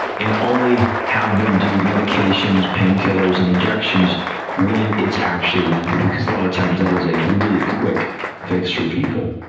and only have them do medications, pain killers, and injections when it's actually needed, because a lot of times that is a really quick fix for people.